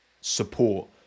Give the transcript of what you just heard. support